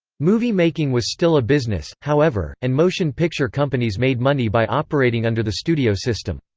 movie-making was still a business, however, and motion picture companies made money by operating under the studio system.